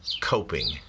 coping